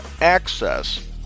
access